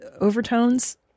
overtones